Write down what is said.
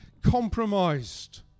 compromised